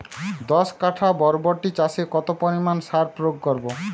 দশ কাঠা বরবটি চাষে কত পরিমাণ সার প্রয়োগ করব?